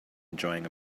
enjoying